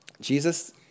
Jesus